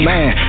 Man